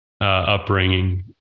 upbringing